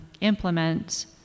implement